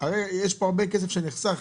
יש כאן הרבה כסף שנחסך.